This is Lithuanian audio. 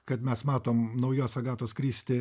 kad mes matom naujos agatos kristi